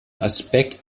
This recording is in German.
aspekt